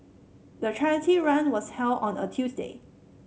the charity run was held on a Tuesday